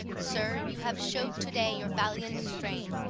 sir, you have show'd to-day your valiant strain,